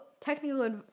technical